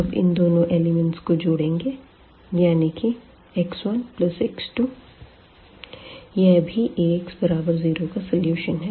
अब इन दोनों एलिमेंट्स को जोड़ेंगे यानी कि x1x2यह भी Ax0 का सलूशन है